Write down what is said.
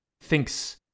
thinks